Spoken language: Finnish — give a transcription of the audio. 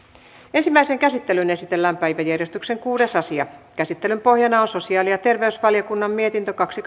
ensimmäiseen käsittelyyn esitellään päiväjärjestyksen kuudes asia käsittelyn pohjana on sosiaali ja terveysvaliokunnan mietintö kaksi